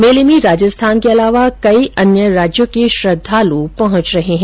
मेले में राजस्थान के अलावा कई अन्य राज्यों के श्रद्धालु भी जिले में पहुंच रहे है